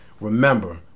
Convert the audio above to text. Remember